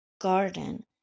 Garden